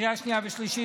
לקריאה שנייה ושלישית,